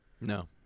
No